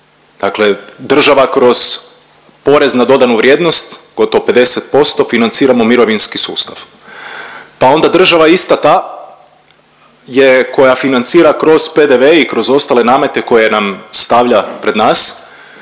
dakle država kroz porez na dodanu vrijednost gotovo 50% financiramo mirovinski sustav, pa onda država ista ta je koja financira kroz PDV i kroz ostale namete koje nam stavlja pred nas,